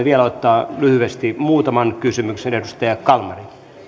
vielä ottaa lyhyesti muutaman kysymyksen edustaja kalmari